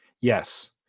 Yes